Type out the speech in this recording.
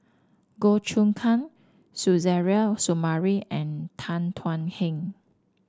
Goh Choon Kang Suzairhe Sumari and Tan Thuan Heng